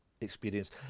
experience